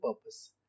purpose